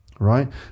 right